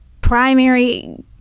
primary